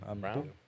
Brown